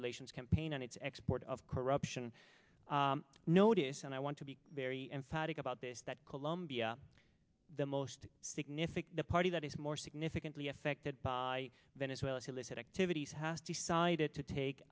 relations campaign and its export of corruption notice and i want to be very emphatic about this that colombia the most significant the party that is more significantly affected by venezuela to illicit activities has decided to take